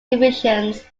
divisions